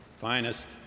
finest